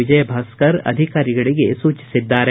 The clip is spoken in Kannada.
ವಿಜಯ್ ಭಾಸ್ಕರ್ ಅಧಿಕಾರಿಗಳಿಗೆ ಸೂಚಿಬಿದ್ದಾರೆ